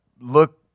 look